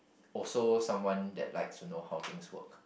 also someone that likes to know how things work